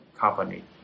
company